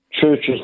churches